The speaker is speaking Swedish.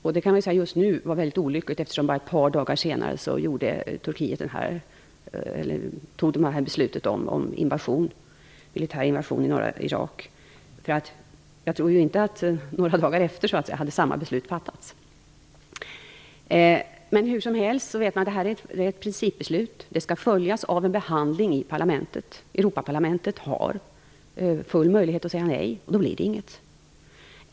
Just nu kan man säga att det var väldigt olyckligt, eftersom Turkiet bara ett par dagar senare fattade beslut om militär invasion i norra Irak. Jag tror inte att samma beslut hade fattats några dagar efter. Hur som helst vet vi att det är ett principbeslut. Det skall följas av en behandling i parlamentet. Europaparlamentet har full möjlighet att säga nej. Då blir det ingenting.